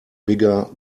bigger